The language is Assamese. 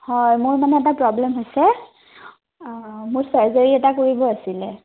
হয় মোৰ মানে এটা প্ৰব্লেম হৈছে মোৰ চাৰ্জাৰী এটা কৰিব আছিলে